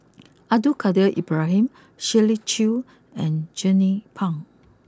Abdul Kadir Ibrahim Shirley Chew and Jernnine Pang